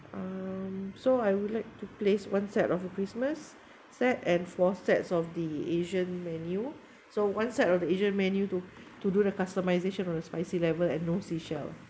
um so I would like to place one set of christmas set and four sets of the asian menu so one set of the asian menu to to do the customization of the spicy level and no seashell